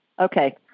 Okay